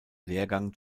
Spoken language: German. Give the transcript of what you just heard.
lehrgang